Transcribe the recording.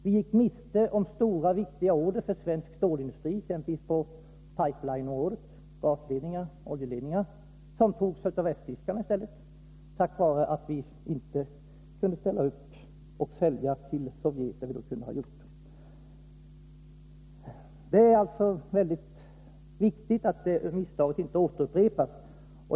Vi gick miste om stora och viktiga order för svensk stålindustri, exempelvis på pipe-lines, gasoch oljeledningar. Dessa order togs i stället av Västtyskland, på grund av att vi inte kunde ställa upp och sälja till Sovjet, som vi annars kunde ha gjort. Det är alltså mycket viktigt att det misstaget inte upprepas.